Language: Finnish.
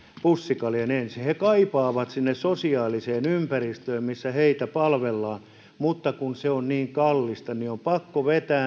pussikaljan ensin he kaipaavat sinne sosiaaliseen ympäristöön missä heitä palvellaan mutta kun se on niin kallista niin on pakko vetää